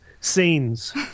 Scenes